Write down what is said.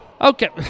Okay